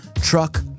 truck